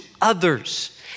others